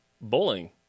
bowling